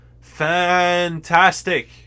fantastic